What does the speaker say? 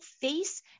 face